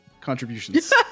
contributions